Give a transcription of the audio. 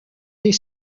des